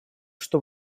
что